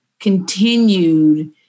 continued